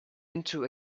into